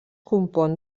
compon